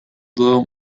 the